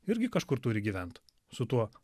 irgi kažkur turi gyvent su tuo